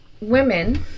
women